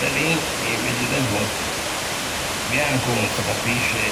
Bellin, un muggio de vòtte. Gh'ea ancon, se capisce,